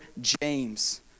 James